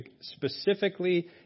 specifically